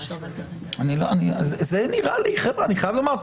חבר'ה, אני חייב לומר.